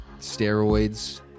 steroids